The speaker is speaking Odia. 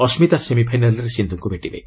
ଅସ୍କିତା ସେମିଫାଇନାଲ୍ରେ ସିନ୍ଧୁଙ୍କୁ ଭେଟିବେ